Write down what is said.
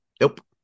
Nope